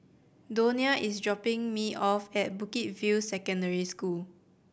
Donia is dropping me off at Bukit View Secondary School